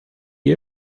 you